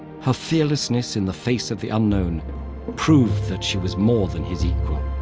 her fearlessness in the face of the unknown proved that she was more than his equal.